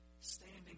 standing